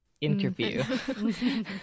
interview